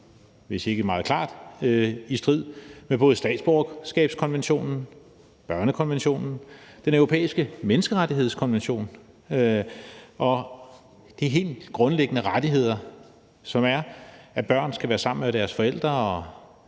hvis ikke meget klart, være i strid med både statsborgerskabskonventionen, børnekonventionen, Den Europæiske Menneskerettighedskonvention og de helt grundlæggende rettigheder, som er, at børn skal være sammen med deres forældre,